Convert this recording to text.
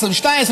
2022,